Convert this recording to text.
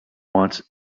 wants